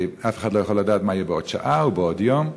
אף אחד לא יכול לדעת מה יהיה בעוד שעה או בעוד יום.